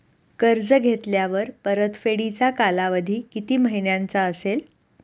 कर्ज घेतल्यावर परतफेडीचा कालावधी किती महिन्यांचा असेल?